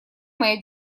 моя